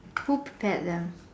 who prepared them